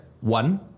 one